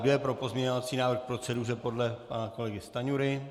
Kdo je pro pozměňovací návrh k proceduře podle pana kolegy Stanjury?